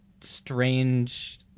strange